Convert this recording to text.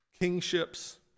kingships